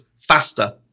faster